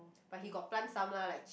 but he got plant some lah like chili